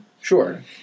Sure